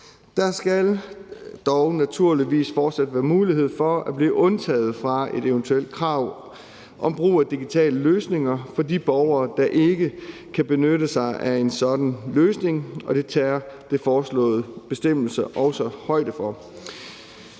Der skal dog naturligvis fortsat være mulighed for at blive undtaget fra et eventuelt krav om brug af digitale løsninger for de borgere, der ikke kan benytte sig af en sådan løsning, og det tager de foreslåede bestemmelser også højde for.